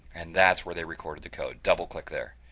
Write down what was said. and that's where they record the code double-click there.